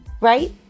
right